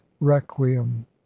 requiem